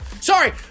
sorry